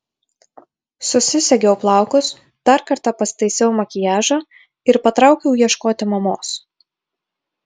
susisegiau plaukus dar kartą pasitaisiau makiažą ir patraukiau ieškoti mamos